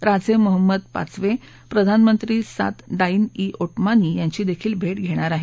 राजे मोमंहद पाचवे प्रधानमंत्री साद डाईन ओटमानी यांची देखील भेट घेणार आहेत